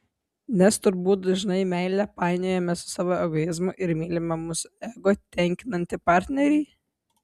nes turbūt dažnai meilę painiojame su savo egoizmu ir mylime mūsų ego tenkinantį partnerį